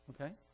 Okay